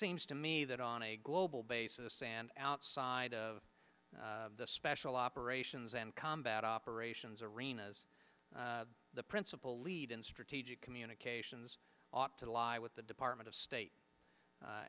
seems to me that on a global basis and outside of the special operations and combat operations arenas the principal lead in strategic communications ought to lie with the department of state